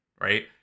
right